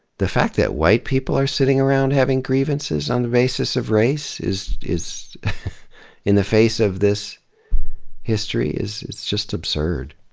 the fact that white people are sitting around having grievances on the basis of race is is in the face of this history is just absurd.